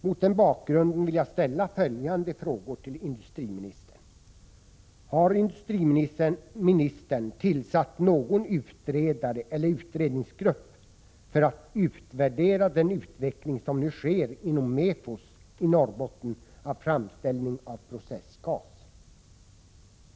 Mot den bakgrunden vill jag ställa följande frågor till industriministern: Har industriministern tillsatt någon utredare eller utredningsgrupp för att utvärdera den utveckling som nu sker inom Mefos i Norrbotten beträffande framställning av processgas?